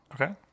Okay